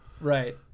Right